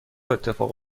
اتفاق